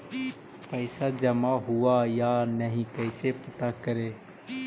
पैसा जमा हुआ या नही कैसे पता करे?